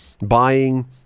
buying